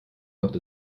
macht